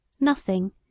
Nothing